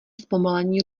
zpomalení